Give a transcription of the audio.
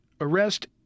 arrest